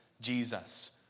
Jesus